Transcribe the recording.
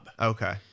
okay